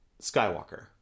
Skywalker